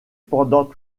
pendant